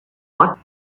but